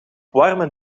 warme